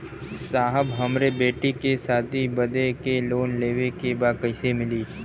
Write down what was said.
साहब हमरे बेटी के शादी बदे के लोन लेवे के बा कइसे मिलि?